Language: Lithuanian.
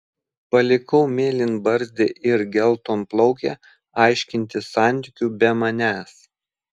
palikau mėlynbarzdį ir geltonplaukę aiškintis santykių be manęs